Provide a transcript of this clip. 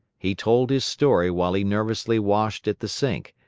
he told his story while he nervously washed at the sink,